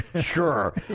sure